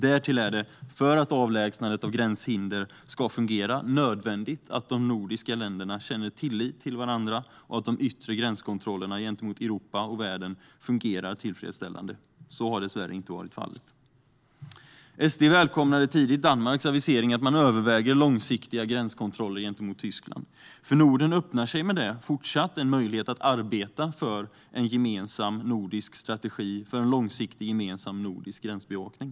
Därtill är det, för att avlägsnandet av gränshinder ska fungera, nödvändigt att de nordiska länderna känner tillit till varandra och att de yttre gränskontrollerna gentemot Europa och världen fungerar tillfredsställande. Så har dessvärre inte varit fallet. SD välkomnade tidigt Danmarks avisering att man överväger långsiktiga gränskontroller gentemot Tyskland. För Norden öppnar sig med det fortsatt en möjlighet att arbeta för en gemensam nordisk strategi för en långsiktig gemensam nordisk gränsbevakning.